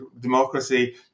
democracy